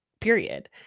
period